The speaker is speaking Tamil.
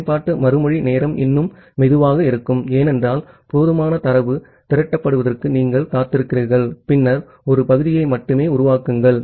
பயன்பாட்டு மறுமொழி நேரம் இன்னும் மெதுவாக இருக்கும் ஏனென்றால் போதுமான தரவு திரட்டப்படுவதற்கு நீங்கள் காத்திருக்கிறீர்கள் பின்னர் ஒரு பகுதியை மட்டுமே உருவாக்குங்கள்